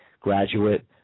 graduate